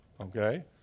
okay